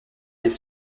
les